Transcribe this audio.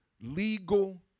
legal